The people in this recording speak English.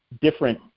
different